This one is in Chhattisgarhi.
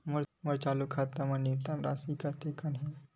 मोर चालू खाता मा न्यूनतम राशि कतना हे?